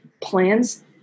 plans